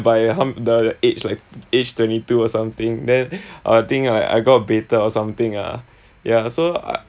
by how the age like age twenty two or something then I think I I got baited or something ah ya so I